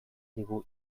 digu